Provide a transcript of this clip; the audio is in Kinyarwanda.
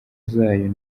zayo